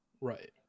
Right